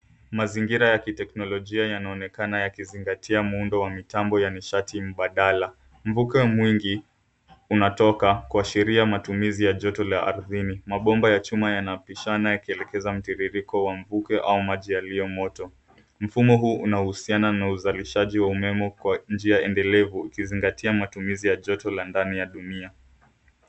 Mazingira ya kiteknolojia yanaonekana yanazingatia muundo wa mitambo ya nishati mbadala. Mvuke mwingi unatoka kuashiria matumizi ya joto la ardhini. Mabomba ya chuma yanapishana yakielekeza mtiririko wa mvuke au maji yaliyo moto. Mfumo huu unahusiana na uzalishaji wa umeme kwa njia endelevu ikizingatia matumizi ya joto la ndani ya dunia.